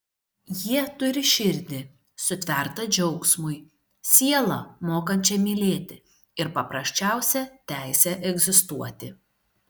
jie turi širdį sutvertą džiaugsmui sielą mokančią mylėti ir paprasčiausią teisę egzistuoti